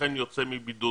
לכן יוצא מבידוד.